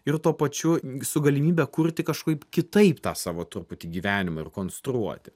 ir tuo pačiu su galimybe kurti kažkaip kitaip tą savo truputį gyvenima ir konstruoti